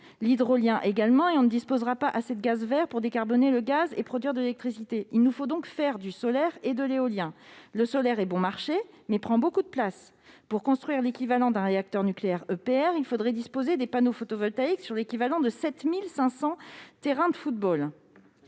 l'hydrolien également, et on ne disposera pas d'assez de gaz vert pour décarboner le gaz et produire de l'électricité. Il nous faut donc faire du solaire et de l'éolien. Le solaire est bon marché, mais prend beaucoup de place : pour construire l'équivalent d'un réacteur nucléaire EPR, il faudrait disposer des panneaux photovoltaïques sur l'équivalent de 7 500 terrains de football